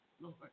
Lord